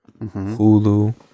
Hulu